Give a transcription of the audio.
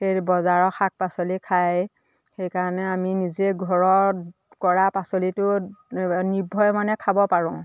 সেই বজাৰৰ শাক পাচলি খাই সেইকাৰণে আমি নিজে ঘৰত কৰা পাচলিটো নিৰ্ভৰে মানে খাব পাৰোঁ